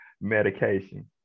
medication